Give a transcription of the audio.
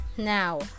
now